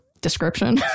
Description